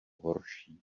horší